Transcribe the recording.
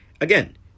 Again